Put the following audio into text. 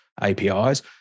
APIs